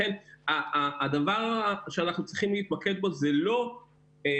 לכן הדבר שאנחנו צריכים להתמקד בו זה לא 100%,